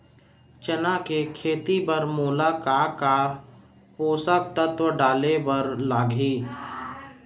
चना के खेती बर मोला का का पोसक तत्व डाले बर लागही?